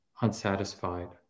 unsatisfied